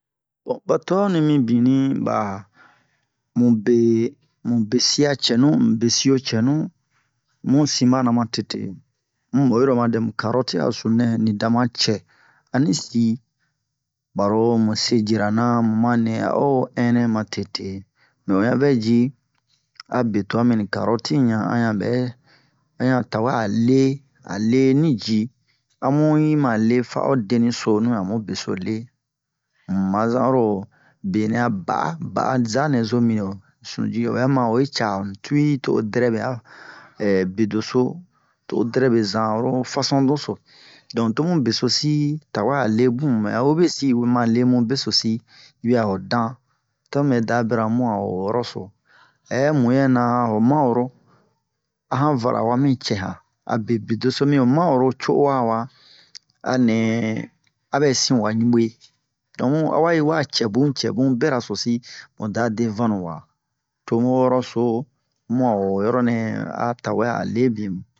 bon ɓa twa onni mibin ɓa mube mube siya cɛnu mube siyo cɛnu mu sin ɓana matete um oyiro oma dɛmu karɔti a sunu-nɛ ni dama cɛ ani si ɓaro mu se jiri-na muma nɛ a o ɛnɛ matete lo o ɲan vɛ ji a be twa mi ni karɔti ɲan a ɲan ɓɛ a ɲan tawɛ a lee a lee ni ji amu yi ma lee fa'o deni sonu amu beso lee mu ma zan oro benɛ a ba'a ba'a-za nɛzo mi ho sunu ji oɓɛma o yi ca ni tuwi to o dɛrɛbe a bedoso to o dɛrɛbe zan oro fason doso donk tomu besosi tawɛ a lee bun mɛ hobesin we ma lee mu besosi yi ɓɛ'a ho dan to mɛ da bira mu a ho yɔrɔso hɛ muyɛna ho manworo a han vara awa mi cɛ han abe bedoso mi ho manworo co'owa waa anɛ aɓɛsin wa ɲunɓwe donk awa yiwa cɛ bun cɛ bun bera-sosi mu da de vannu wa tomu ho yɔrɔso mu a ho yɔrɔnɛ a tawɛ a lee bin mu